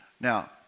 Now